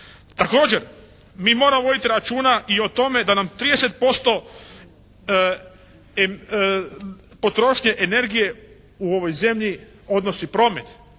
Također, mi moramo voditi računa i o tome da nam 30% potrošnje energije u ovoj zemlji odnosi promet.